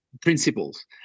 principles